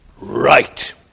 Right